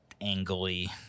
angly